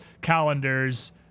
calendars